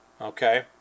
okay